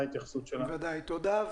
תודה.